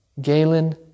Galen